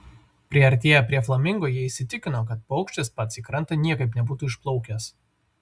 priartėję prie flamingo jie įsitikino kad paukštis pats į krantą niekaip nebūtų išplaukęs